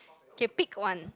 okay pick one